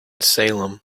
salem